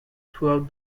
throughout